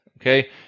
Okay